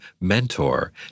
mentor